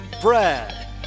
brad